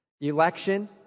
Election